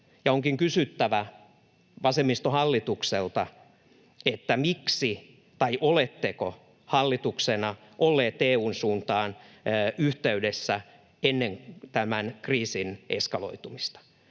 onkin kysyttävä vasemmistohallitukselta: Oletteko hallituksena olleet EU:n suuntaan yhteydessä ennen tämän kriisin eskaloitumista?